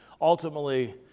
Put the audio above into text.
ultimately